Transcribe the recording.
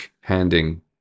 handing